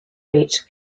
rate